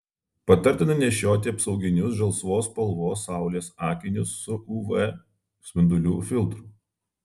patartina nešioti apsauginius žalsvos spalvos saulės akinius su uv spindulių filtru